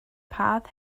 path